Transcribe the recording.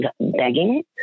begging